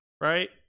right